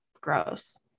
gross